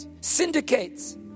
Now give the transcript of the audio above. syndicates